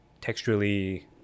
Texturally